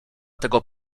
tego